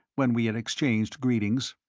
when we had exchanged greetings.